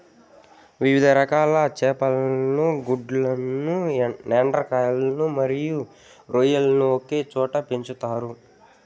వివిధ రకాల చేపలను, గుల్లలు, ఎండ్రకాయలు మరియు రొయ్యలను ఒకే చోట పెంచుతారు